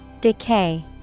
Decay